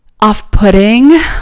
off-putting